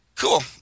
Cool